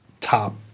top